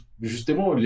Justement